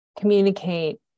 Communicate